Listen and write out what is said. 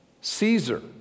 Caesar